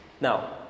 Now